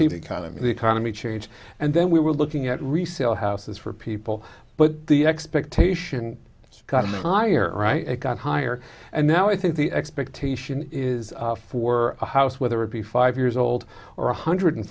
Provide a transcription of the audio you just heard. he kind of the economy change and then we were looking at resale houses for people but the expectation has gotten higher right it got higher and now i think the expectation is for a house whether it be five years old or one hundred